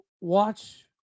watch